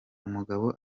umugabo